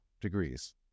degrees